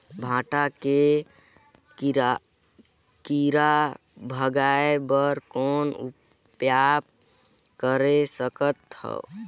भांटा के कीरा भगाय बर कौन उपाय कर सकथव?